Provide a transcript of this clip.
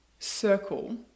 circle